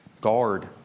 Guard